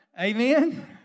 Amen